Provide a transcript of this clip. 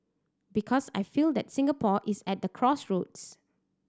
because I feel that Singapore is at the crossroads